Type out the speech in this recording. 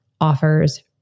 offers